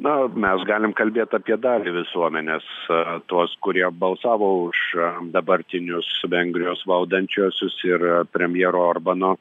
na mes galim kalbėt apie dalį visuomenės tuos kurie balsavo už dabartinius vengrijos valdančiuosius ir premjero orbano